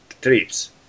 trips